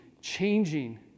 changing